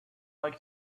like